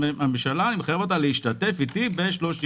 הממשלה אני חייב אותה להשתתף איתי ב-35%,